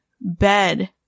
bed